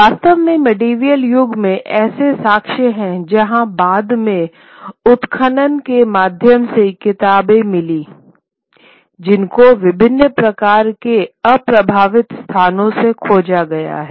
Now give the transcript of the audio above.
वास्तव में मेडीवीएल युग में ऐसे साक्ष्य हैं जहां बाद में उत्खनन के माध्यम से किताबें मिल जाती थीं जिनको विभिन्न प्रकार के अप्रभावित स्थानों से खोजा गया है